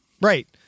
Right